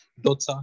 daughter